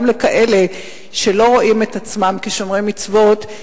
גם לאלה שלא רואים את עצמם כשומרי מצוות,